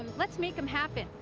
let's make them happen.